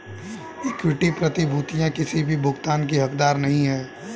equity प्रतिभूतियां किसी भी भुगतान की हकदार नहीं हैं